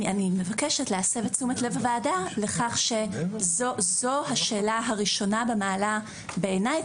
אני מבקשת להסב את תשומת לב הוועדה לכך שזו השאלה הראשונה במעלה בעיניי,